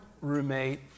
roommate